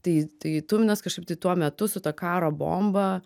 tai tai tuminas kažkaip tai tuo metu su ta karo bomba